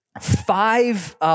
five